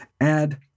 Add